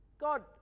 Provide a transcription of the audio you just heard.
God